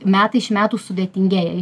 metai iš metų sudėtingėja